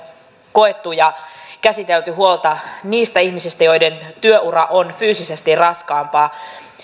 koettu ja käsitelty huolta niistä ihmisistä joiden työura on fyysisesti raskaampaa